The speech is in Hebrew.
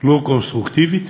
לא קונסטרוקטיבית,